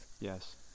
Yes